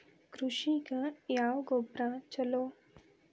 ಕೃಷಿಗ ಯಾವ ಗೊಬ್ರಾ ಛಲೋ?